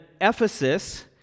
Ephesus